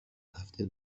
هفته